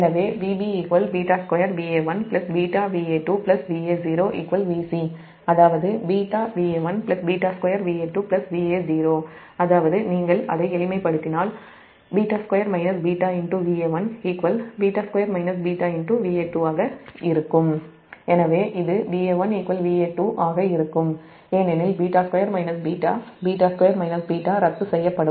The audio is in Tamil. எனவே Vb β2Va1βVa2 Va0 Vc அதாவது βVa1β2 Va2 Va0 அதாவது நீங்கள் அதை எளிமைப்படுத்தினால் β2 βVa1 β2 β Va2 ஆக இருக்கும் எனவே இது Va1 Va2 ஆக இருக்கும் ஏனெனில் β2 β β2 β ரத்து செய்யப்படும்